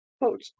Quote